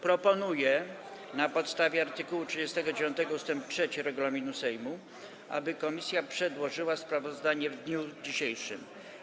Proponuję na podstawie art. 39 ust. 3 regulaminu Sejmu, aby komisja przedłożyła sprawozdanie w dniu dzisiejszym.